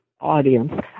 audience